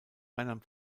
rheinland